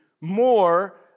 more